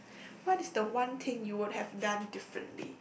what is the one thing you would have done differently